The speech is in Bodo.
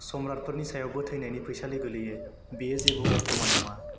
सम्राटफोरनि सायावबो थैनायनि फैसालि गोग्लैयो बियो जेबो अफ'मान नङा